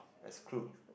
exclude